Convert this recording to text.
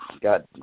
got